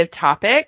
topic